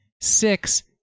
six